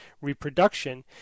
reproduction